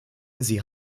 sie